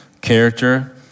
character